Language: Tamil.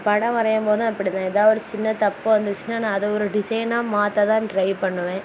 படம் வரையும்போதும் அப்படிதான் எதாது ஒரு சின்ன தப்பு வந்துச்சின்னால் நான் அதை ஒரு டிசைனாக மாற்ற தான் ட்ரை பண்ணுவேன்